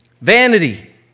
Vanity